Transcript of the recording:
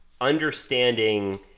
understanding